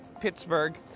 Pittsburgh